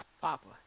Papa